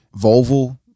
Volvo